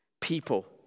people